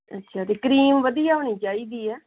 ਅੱਛਾ ਅਤੇ ਕ੍ਰੀਮ ਵਧੀਆ ਹੋਣੀ ਚਾਹੀਦੀ ਹੈ